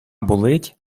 болить